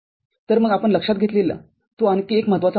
तर मग आपण लक्षात घेतलेला तो आणखी एक महत्त्वाचा मुद्दा आहे